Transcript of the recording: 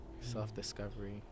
Self-discovery